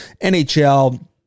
NHL